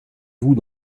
vous